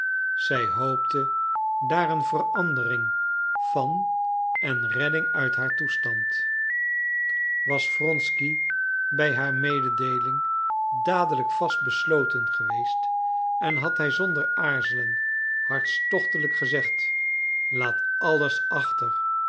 zij hoopte daar een verandering van en redding uit haar toestand was wronsky bij haar mededeeling dadelijk vast besloten geweest en had hij zonder aarzelen hartstochtelijk gezegd laat alles achter